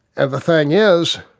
and the thing is,